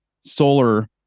solar